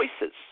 Choices